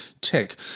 tech